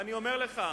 ואני אומר לך,